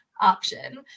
option